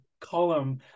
column